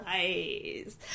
Nice